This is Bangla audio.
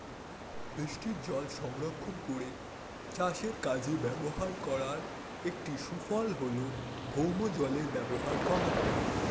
বৃষ্টিজল সংরক্ষণ করে চাষের কাজে ব্যবহার করার একটি সুফল হল ভৌমজলের ব্যবহার কমানো